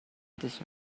this